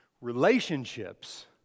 relationships